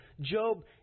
Job